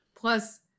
Plus